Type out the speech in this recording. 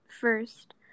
first